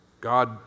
God